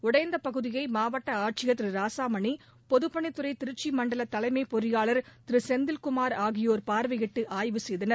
உடைந்த பகுதியை மாவட்ட ஆட்சியர் திரு ராசாமனி பொதுப்பணித் துறை திருச்சி மண்டல தலைமைப் பொறியாளர் திரு செந்தில்குமார் ஆகியோர் பார்வையிட்டு ஆய்வு செய்தனர்